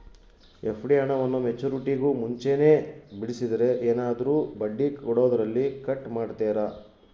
FD ಹಣವನ್ನು ಮೆಚ್ಯೂರಿಟಿಗೂ ಮುಂಚೆನೇ ಬಿಡಿಸಿದರೆ ಏನಾದರೂ ಬಡ್ಡಿ ಕೊಡೋದರಲ್ಲಿ ಕಟ್ ಮಾಡ್ತೇರಾ?